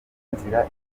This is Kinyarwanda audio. nzira